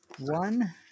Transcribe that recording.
one